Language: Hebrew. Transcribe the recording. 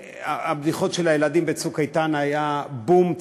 הבדיחות של הילדים ב"צוק איתן" היו: בום,